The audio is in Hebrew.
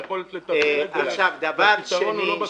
מה שיפה פה,